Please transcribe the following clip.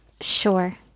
Sure